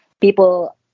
people